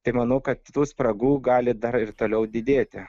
tai manau kad tų spragų gali dar ir toliau didėti